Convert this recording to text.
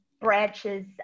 branches